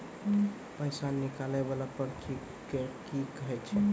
पैसा निकाले वाला पर्ची के की कहै छै?